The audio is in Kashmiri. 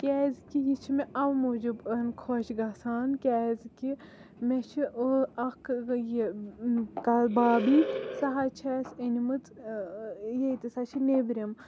کیازِ کہ یہِ چھُ مےٚ اَوٕ موٗجُبَن خۄش گژھان کیازِ کہِ مےٚ چھِ اکھ یہِ کَ بابی سۄ حٕظ چھِ اَسہِ أنۍ مٕژ سۄ چھِ ییٚتہِ نیٚبرِم